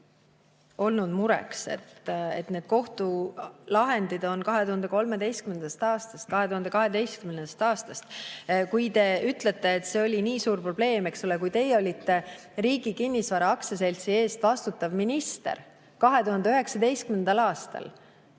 kaua mureks olnud. Need kohtulahendid on 2013. aastast, 2012. aastast. Te ütlete, et see oli nii suur probleem. Teie olite Riigi Kinnisvara Aktsiaseltsi eest vastutav minister 2019. aastal.